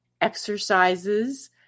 exercises